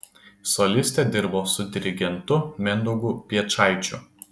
solistė dirbo su dirigentu mindaugu piečaičiu